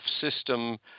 system